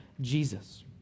Jesus